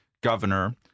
governor